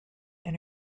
and